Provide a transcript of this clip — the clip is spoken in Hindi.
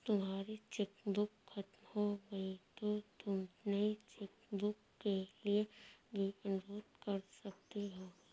तुम्हारी चेकबुक खत्म हो गई तो तुम नई चेकबुक के लिए भी अनुरोध कर सकती हो